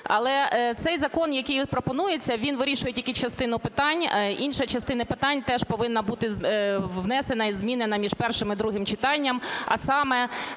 Але цей закон, який пропонується, він вирішує тільки частину питань. Інша частина питань теж повинна бути внесена і змінена між першим і другим читанням. А саме: